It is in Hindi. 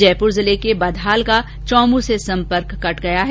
जयपुर जिले के बधाल का चौमूं से सम्पर्क कट गया है